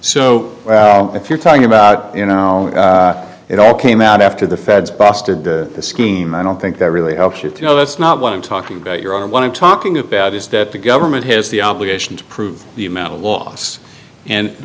so if you're talking about you know it all came out after the feds busted the scheme i don't think that really helps you to know that's not what i'm talking about you're on what i'm talking about is that the government has the obligation to prove the amount of loss and